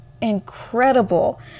incredible